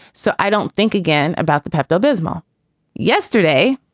so i don't think again about the pepto-bismol yesterday,